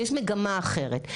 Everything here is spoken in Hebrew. יש מגמה אחרת,